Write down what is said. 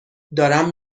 دارم